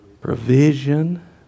Provision